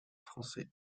français